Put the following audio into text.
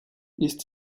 ist